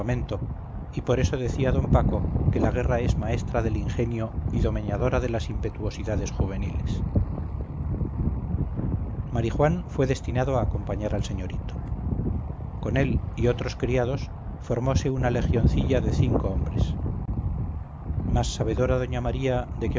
y por eso decía d paco que la guerra es maestra del ingenio y domeñadora de las impetuosidades juveniles marijuán fue destinado a acompañar al señorito con él y otros criados formose una legioncilla de cinco hombres mas sabedora doña maría de